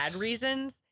reasons